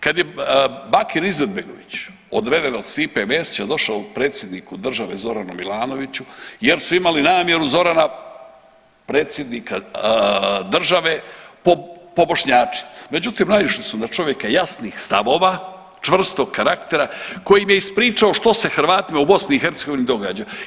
Kad je Bakir Izetbegović odveden od Stipe Mesića i došao predsjedniku države Zoranu Milanoviću jer su imali namjeru Zorana predsjednika države pobošnjačit, međutim naišli su na čovjeka jasnih stavova i čvrstog karaktera koji im je ispričao što se Hrvatima u BiH događa.